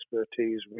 expertise